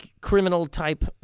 criminal-type